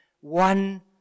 one